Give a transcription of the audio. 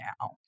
now